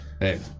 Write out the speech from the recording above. Hey